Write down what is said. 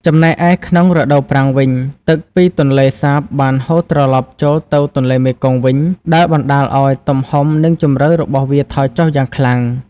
ចំណែកឯក្នុងរដូវប្រាំងវិញ ទឹកពីទន្លេសាបបានហូរត្រឡប់ចូលទៅទន្លេមេគង្គវិញ ដែលបណ្តាលឲ្យទំហំ និងជម្រៅរបស់វាថយចុះយ៉ាងខ្លាំង។